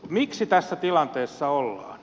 miksi tässä tilanteessa ollaan